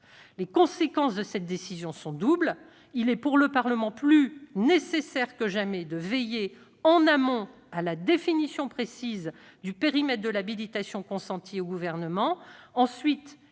Les conséquences de cette décision sont doubles. Il est plus nécessaire que jamais pour le Parlement de veiller en amont à la définition précise du périmètre de l'habilitation consentie au Gouvernement. Et